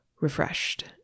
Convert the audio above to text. refreshed